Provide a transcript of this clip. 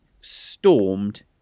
stormed